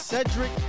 Cedric